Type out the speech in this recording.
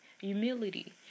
humility